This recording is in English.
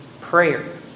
Prayer